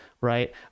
right